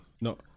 No